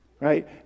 Right